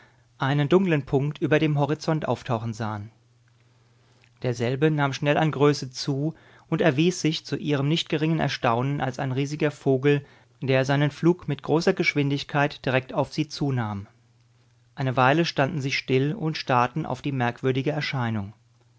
einen dunklen punkt über dem horizont auftauchen sahen derselbe nahm schnell an größe zu und erwies sich zu ihrem nicht geringen erstaunen als ein riesiger vogel der seinen flug mit großer geschwindigkeit direkt auf sie zu nahm eine weile standen sie still und starrten auf die merkwürdige erscheinung